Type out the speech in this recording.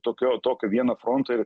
tokio tokio vieno fronto ir